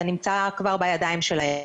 זה נמצא כבר בידיים שלהם.